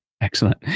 Excellent